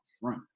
front